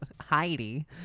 Heidi